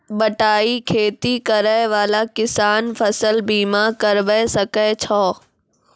बटाई खेती करै वाला किसान फ़सल बीमा करबै सकै छौ?